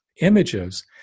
images